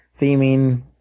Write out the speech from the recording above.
theming